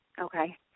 Okay